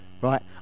Right